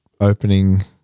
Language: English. opening